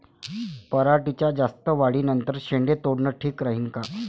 पराटीच्या जास्त वाढी नंतर शेंडे तोडनं ठीक राहीन का?